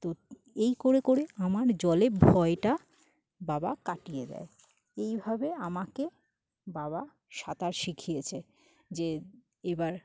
তো এই করে করে আমার জলে ভয়টা বাবা কাটিয়ে দেয় এইভাবে আমাকে বাবা সাঁতার শিখিয়েছে যে এবার